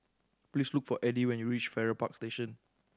please look for Edie when you reach Farrer Park Station